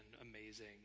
amazing